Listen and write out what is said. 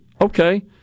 okay